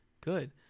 Good